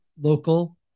local